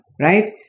right